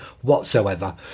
whatsoever